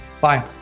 Bye